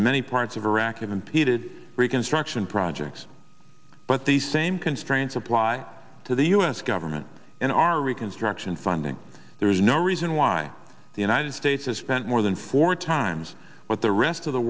in many parts of iraq impeded reconstruction projects but the same constraints apply to the us government in our reconstruction funding there is no reason why the united states has spent more than four times what the rest of the